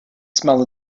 smell